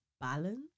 balance